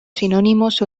sinónimos